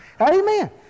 Amen